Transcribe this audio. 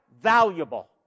valuable